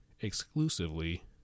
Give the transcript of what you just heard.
exclusively